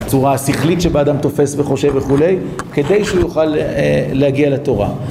צורה שכלית שבה האדם תופס וחושב וכו', כדי שהוא יוכל להגיע לתורה.